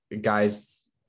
guys